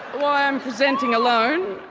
why i'm presenting alone.